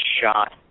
shot